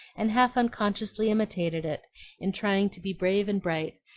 and half unconsciously imitated it in trying to be brave and bright,